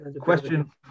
Question